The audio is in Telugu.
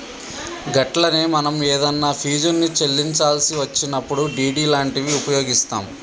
గట్లనే మనం ఏదన్నా ఫీజుల్ని చెల్లించాల్సి వచ్చినప్పుడు డి.డి లాంటివి ఉపయోగిస్తాం